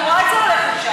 אני גם רואה את זה הולך לשם.